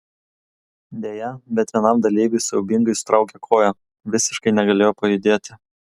deja bet vienam dalyviui siaubingai sutraukė koją visiškai negalėjo pajudėti